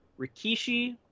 Rikishi